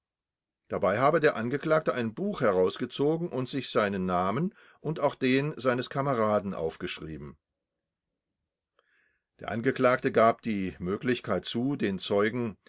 dabei habe der angeklagte ein buch herausgezogen und sich seinen namen und auch den seines kameraden aufgeschrieben der angeklagte gab die möglichkeit zu den zeugen